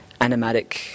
animatic